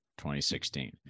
2016